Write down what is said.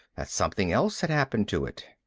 that something else had happened to it.